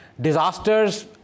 disasters